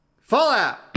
Fallout